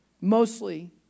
mostly